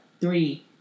three